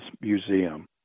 Museum